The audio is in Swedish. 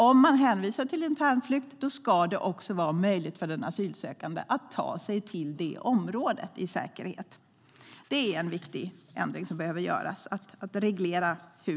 Om man hänvisar till internflykt ska det också vara möjligt för den asylsökande att ta sig till det området i säkerhet. Att reglera detta är en viktig ändring som behöver göras.